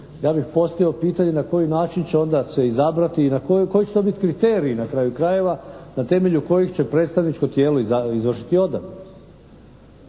ja bih postavio pitanje na koji način će onda se izabrati i na, koji će to biti kriteriji i na kraju krajeva na temelju kojih će predstavničko tijelo izvršiti odabir.